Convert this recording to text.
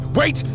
wait